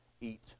eat